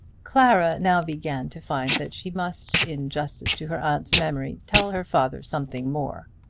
clara now began to find that she must in justice to her aunt's memory tell her father something more.